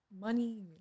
Money